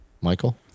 Michael